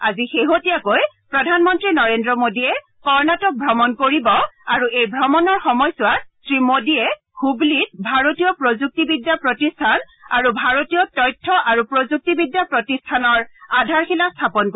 আজি শেহতীয়াকৈ প্ৰধানমন্ত্ৰী নৰেন্দ্ৰ মোডীয়ে কৰ্ণাটক ভ্ৰমণ কৰিব আৰু এই ভ্ৰমণৰ সময়ছোৱাত শ্ৰী মোডীয়ে হুবলীত ভাৰতীয় প্ৰযুক্তিবিদ্যা প্ৰতিষ্ঠান আৰু ভাৰতীয় তথ্য আৰু প্ৰযুক্তিবিদ্যা প্ৰতিষ্ঠানৰ আধাৰশিলা স্থাপন কৰিব